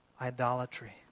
idolatry